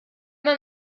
man